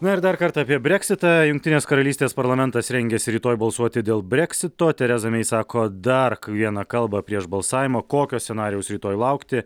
na ir dar kartą apie breksitą jungtinės karalystės parlamentas rengiasi rytoj balsuoti dėl breksito tereza mei sako dark vieną kalbą prieš balsavimą kokio scenarijaus rytoj laukti